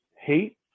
hate